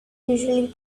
usually